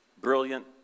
brilliant